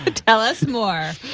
but tell us more.